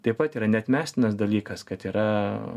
taip pat yra neatmestinas dalykas kad yra